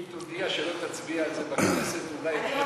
אם תודיע שלא תצביע על זה בכנסת, אולי יתחילו,